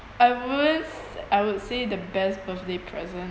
I would s~ I would say the best birthday present